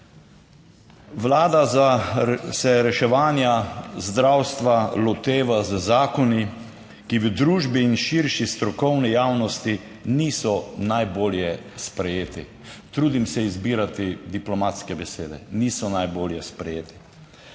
Vlada za, se reševanja zdravstva loteva z zakoni, ki v družbi in širši strokovni javnosti niso najbolje sprejeti. Trudim se izbirati diplomatske besede. Niso najbolje sprejeti.